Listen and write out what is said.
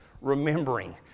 remembering